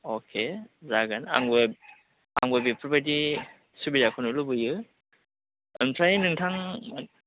अके जागोन आंबो आंबो बेफोरबादि सुबिदिखौनो लुबैयो ओमफ्राय नोंथां